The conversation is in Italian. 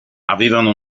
avevano